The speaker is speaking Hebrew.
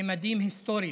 בממדים היסטוריים.